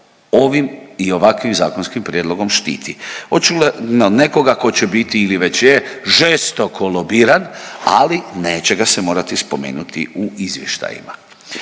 ovim i ovakvim zakonskim prijedlogom štiti? Očigledno nekoga tko će biti ili već je žestoko lobiran, ali neće ga se morati spomenuti u izvještajima.